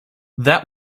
that